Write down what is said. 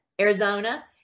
Arizona